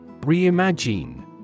Reimagine